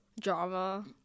drama